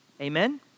Amen